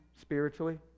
spiritually